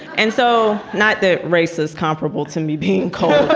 and so not the races comparable to me being cold.